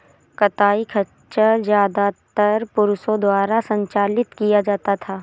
कताई खच्चर ज्यादातर पुरुषों द्वारा संचालित किया जाता था